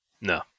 No